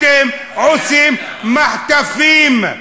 אתם עושים מחטפים.